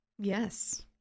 Yes